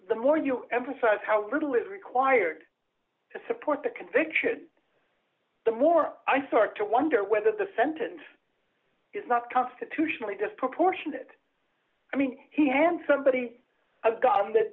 the more you emphasize how little is required to support the conviction the more i start to wonder whether the sentence it's not constitutionally disproportionate i mean he and somebody